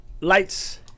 Lights